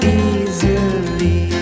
easily